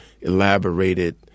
elaborated